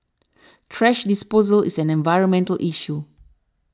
thrash disposal is an environmental issue